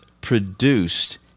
produced